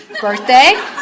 birthday